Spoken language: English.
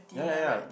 ya ya ya